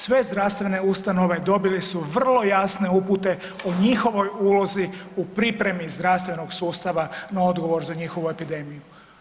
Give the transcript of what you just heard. Sve zdravstvene ustanove dobile su vrlo jasne upute o njihovoj ulozi u pripremi zdravstvenog sustava na odgovor za njihovu epidemiju.